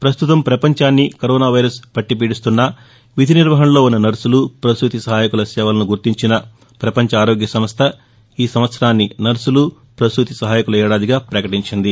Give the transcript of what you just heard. ప్రస్తుతం ప్రపంచాన్ని corona virus పట్టి పీడిస్తున్నా విధి నిర్వహణలో ఉన్ననర్సులు ప్రసూతి సహాయకుల సేవలసు గుర్తించిన ప్రపంచ ఆరోగ్య సంస్థ ఈ సంవత్సరాన్ని నర్సులు ప్రసూతి సహాయకుల ఏడాదిగా ప్రకటించింది